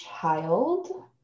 child